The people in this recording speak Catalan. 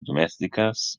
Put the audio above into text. domèstiques